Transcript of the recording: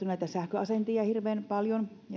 näitä sähköasentajia hirveän paljon